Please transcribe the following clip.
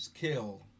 killed